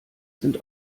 sind